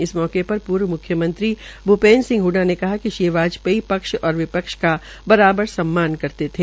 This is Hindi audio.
इस मौके पर पूर्व म्ख्यमंत्री भूपेन्द्र सिंह हडडा ने कहा वाजपेयी पक्ष और विपक्ष का बराबर सम्मान करते थे